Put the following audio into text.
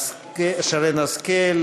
שרן השכל?